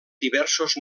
diversos